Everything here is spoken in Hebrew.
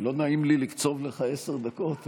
לא נעים לי לקצוב לך עשר דקות,